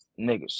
niggas